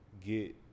get